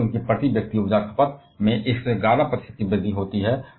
इससे उनकी प्रति व्यक्ति ऊर्जा खपत में 111 प्रतिशत की वृद्धि होती है